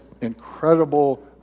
incredible